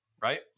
Right